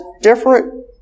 different